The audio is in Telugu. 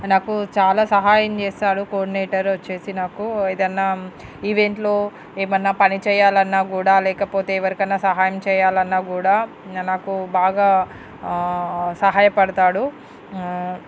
నాకు చాలా సహాయం చేసాడు కోర్డినేటర్ వచ్చేసి నాకు ఏదన్నా ఈవెంట్లో ఏమన్నా పని చేయలన్నా కూడా లేకపోతే ఎవరికన్నా సహాయం చేయలన్నా గూడా ఇంకా నాకు బాగా సహాయ పడతాడు